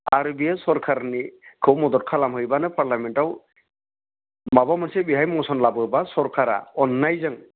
आरो बियो सरकारनिखौ मदद खालामहैबानो पार्लियामेन्टआव माबा मोनसे बेहाय मसन लाबोबा सरकारा अननायजों